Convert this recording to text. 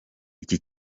iki